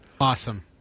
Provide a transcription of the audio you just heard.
Awesome